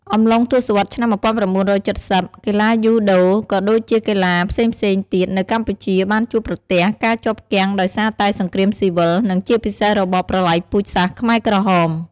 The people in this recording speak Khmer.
អំឡុងទសវត្សរ៍ឆ្នាំ១៩៧០ កីឡាយូដូក៏ដូចជាកីឡាផ្សេងៗទៀតនៅកម្ពុជាបានជួបប្រទះការជាប់គាំងដោយសារតែសង្គ្រាមស៊ីវិល និងជាពិសេសរបបប្រល័យពូជសាសន៍ខ្មែរក្រហម ។